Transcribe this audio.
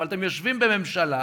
אבל אתם יושבים בממשלה,